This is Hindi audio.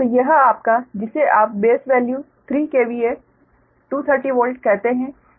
तो यह आपका जिसे आप बेस वैल्यू 3 KVA 230 वोल्ट कहते हैं